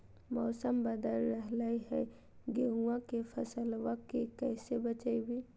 मौसम बदल रहलै है गेहूँआ के फसलबा के कैसे बचैये?